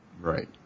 Right